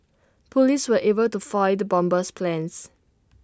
Police were able to foil the bomber's plans